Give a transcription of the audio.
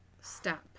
step